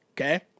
okay